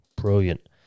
brilliant